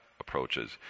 approaches